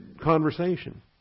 conversation